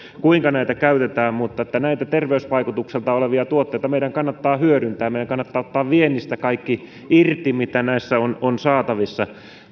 kuinka näitä käytetään mutta näitä terveysvaikutuksiltaan hyviä tuotteita meidän kannattaa hyödyntää meidän kannattaa ottaa viennistä irti kaikki mitä näistä on on saatavissa